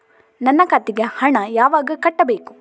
ನನ್ನ ಖಾತೆಗೆ ಹಣ ಯಾವಾಗ ಕಟ್ಟಬೇಕು?